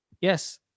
Yes